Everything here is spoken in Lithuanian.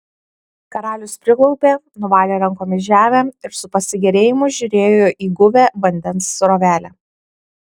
karalius priklaupė nuvalė rankomis žemę ir su pasigėrėjimu žiūrėjo į guvią vandens srovelę